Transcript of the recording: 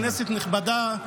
כנסת נכבדה,